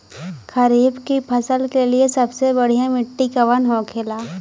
खरीफ की फसल के लिए सबसे बढ़ियां मिट्टी कवन होखेला?